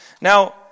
now